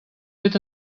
bet